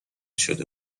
شده